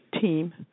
team